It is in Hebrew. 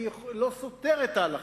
זה לא סותר את ההלכה.